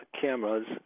cameras